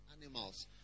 animals